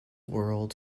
world